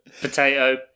Potato